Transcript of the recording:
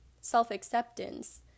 self-acceptance